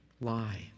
lie